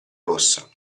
rossa